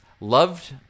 Loved